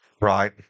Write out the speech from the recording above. right